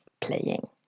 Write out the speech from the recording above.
playing